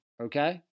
Okay